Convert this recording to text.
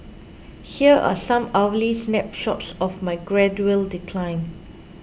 here are some hourly snapshots of my gradual decline